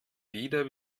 wieder